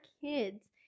kids